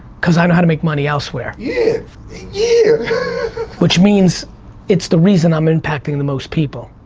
cause i know how to make money elsewhere yeah yeah which means it's the reason i'm impacting the most people.